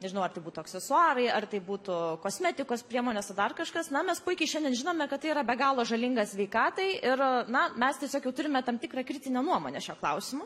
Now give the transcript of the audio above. nežinau ar tai būtų aksesuarai ar tai būtų kosmetikos priemonės ar dar kažkas na mes puikiai šiandien žinome kad tai yra be galo žalinga sveikatai ir na mes tiesiog jau turime tam tikrą kritinę nuomonę šiuo klausimu